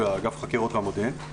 באגף החקירות והמודיעין.